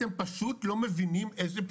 אתם פשוט לא מבינים מה זה,